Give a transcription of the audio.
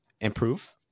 improve